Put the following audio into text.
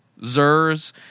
Zers